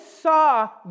saw